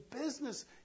business